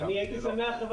הייתי שמח,